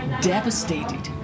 devastated